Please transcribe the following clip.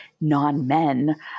non-men